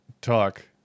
talk